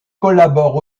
collabore